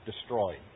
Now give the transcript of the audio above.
destroyed